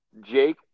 Jake